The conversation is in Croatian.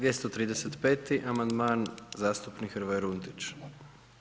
235. amandman zastupnik Hrvoje Runtić.